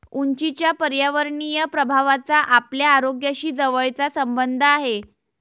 उंचीच्या पर्यावरणीय प्रभावाचा आपल्या आरोग्याशी जवळचा संबंध आहे